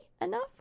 enough